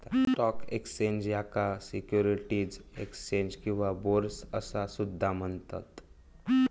stock exchange, याका securities exchange किंवा bourse असा सुद्धा म्हणतत